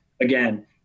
again